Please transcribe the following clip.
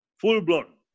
full-blown